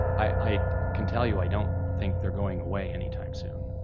i can tell you i don't think they're going away any time soon.